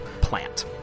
plant